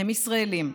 הם ישראלים.